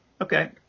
okay